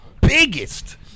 biggest